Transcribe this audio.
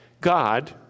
God